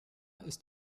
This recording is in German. ist